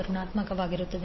ಣಾತ್ಮಕವಾಗುತ್ತದೆ